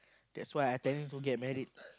that's why I tell him to get married